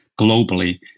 globally